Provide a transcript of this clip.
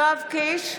יואב קיש,